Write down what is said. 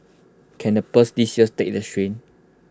can the purse this year take the strain